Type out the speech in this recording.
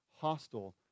hostile